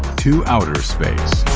to outer space.